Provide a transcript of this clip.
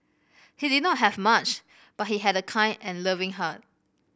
he did not have much but he had a kind and loving heart